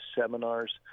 seminars